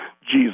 Jesus